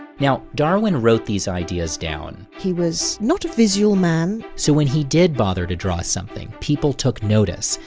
now, darwin wrote these ideas down. he was not a visual man. so when he did bother to draw something, people took notice.